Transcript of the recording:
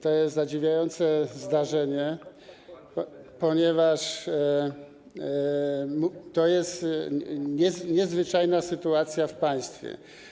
To jest zadziwiające zdarzenie, ponieważ to jest niezwyczajna sytuacja w państwie.